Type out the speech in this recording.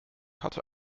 hatte